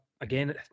again